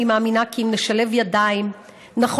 אני מאמינה כי אם נשלב ידיים יכול